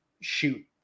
shoot